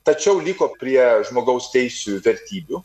tačiau liko prie žmogaus teisių vertybių